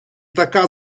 така